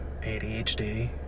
ADHD